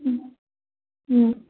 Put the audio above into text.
ꯎꯝ ꯎꯝ